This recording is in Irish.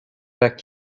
bheith